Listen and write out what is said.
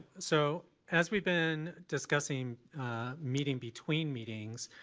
so as we've been discussing meeting between meetings,